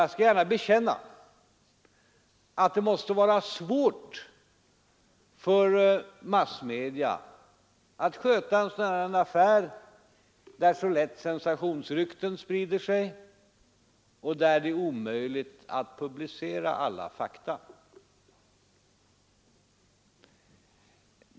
Jag skall gärna erkänna att det måste vara svårt för massmedia att sköta en sådan här affär, där så lätt sensationsrykten sprider sig och där det är omöjligt att publicera alla fakta.